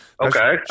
Okay